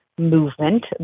Movement